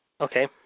Okay